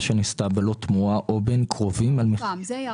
שנעשתה בלא תמורה או בין קרובים --- זה ירד.